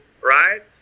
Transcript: Right